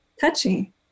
touchy